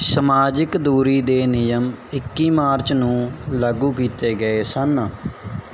ਸਮਾਜਿਕ ਦੂਰੀ ਦੇ ਨਿਯਮ ਇੱਕੀ ਮਾਰਚ ਨੂੰ ਲਾਗੂ ਕੀਤੇ ਗਏ ਸਨ